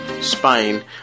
Spain